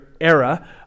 era